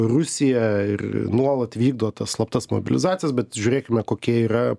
rusija ir nuolat vykdo tas slaptas mobilizacijas bet žiūrėkime kokie yra